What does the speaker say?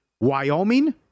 Wyoming